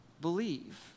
believe